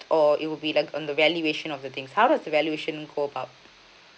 or it will be like on the valuation of the things how does the valuation work out